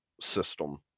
system